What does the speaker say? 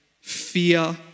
Fear